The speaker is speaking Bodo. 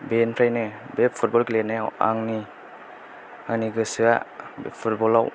बेनफ्रायनो बे फुटबल गेलेनायाव आंनि आंनि गोसोआ बे फुटबलाव